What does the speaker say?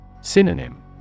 Synonym